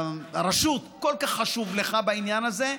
הרשות כל כך חשוב לך בעניין הזה,